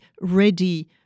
ready